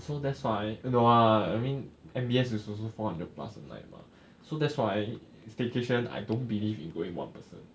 so that's why no ah I mean M_B_S is also four hundred plus a night mah so that's why staycation I don't believe in going one person